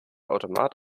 automat